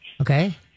Okay